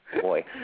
boy